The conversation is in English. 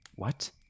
What